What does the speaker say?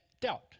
doubt